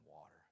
water